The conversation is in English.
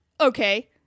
Okay